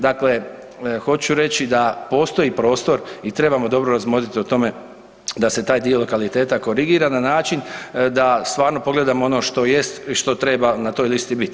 Dakle, hoću reći da postoji prostor i trebamo dobro razmotriti o tome da se taj dio lokaliteta korigira na način da stvarno pogledamo ono što jest i što treba na toj listi bit.